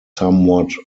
somewhat